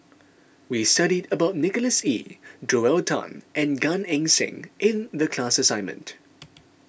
we studied about Nicholas Ee Joel Tan and Gan Eng Seng in the class assignment